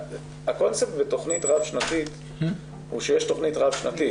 הקונספט בתכנית רב שנתית הוא שיש תכנית רב שנתית,